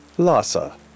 Lhasa